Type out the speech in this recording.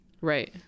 Right